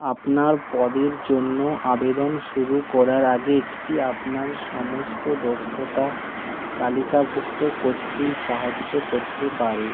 আপনার পদের জন্য আবেদন শুরু করার আগে একটি আপনার সমস্ত দক্ষতা তালিকাভুক্ত করতে সাহায্য করতে পারে